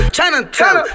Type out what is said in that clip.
Chinatown